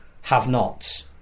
have-nots